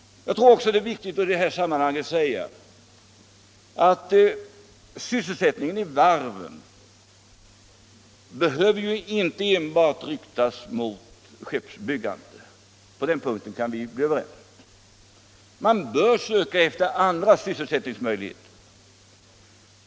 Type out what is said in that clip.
Jag tror också att det är viktigt att i detta sammanhang säga att sysselsättningen inom varven inte enbart behöver inriktas på skeppsbyg gande. På den punkten kan vi vara överens. Man bör söka efter andra sysselsättningsmöjligheter.